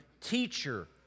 Teacher